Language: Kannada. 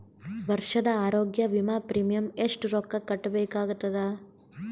ವರ್ಷದ ಆರೋಗ್ಯ ವಿಮಾ ಪ್ರೀಮಿಯಂ ಎಷ್ಟ ರೊಕ್ಕ ಕಟ್ಟಬೇಕಾಗತದ?